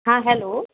हा हल्लो